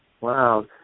Wow